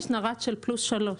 יש נר"ת של פלוס שלוש.